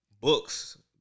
books